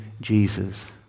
Jesus